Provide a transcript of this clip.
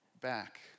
back